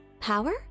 Power